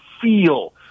feel